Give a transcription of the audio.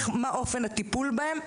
מה אופן הטיפול בהם?